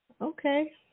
Okay